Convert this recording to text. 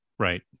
Right